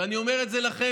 ואני אומר את זה לכם,